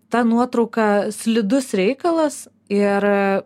ta nuotrauka slidus reikalas ir